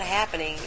happening